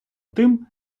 тим